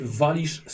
walisz